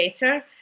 better